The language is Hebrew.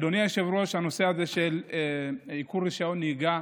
אדוני היושב-ראש, הנושא הזה של עיקול רישיון נהיגה